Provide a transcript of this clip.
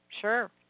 Sure